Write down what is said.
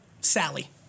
Sally